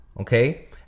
okay